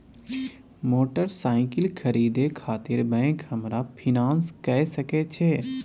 Motorcycle खरीदे खातिर bank हमरा फिनांस कय सके छै?